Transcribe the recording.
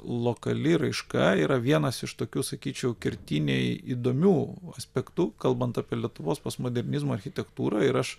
lokali raiška yra vienas iš tokių sakyčiau kertiniai įdomių aspektų kalbant apie lietuvos postmodernizmo architektūrą ir aš